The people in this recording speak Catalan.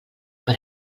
per